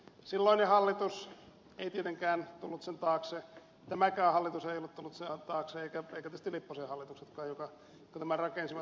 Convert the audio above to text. silloinen hallitus ei tietenkään tullut sen taakse tämäkään hallitus ei ole tullut sen taakse eivätkä tietysti lipposen hallituksetkaan jotka tämän rakensivat